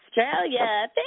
Australia